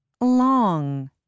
long